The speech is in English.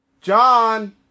John